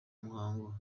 muhango